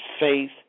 faith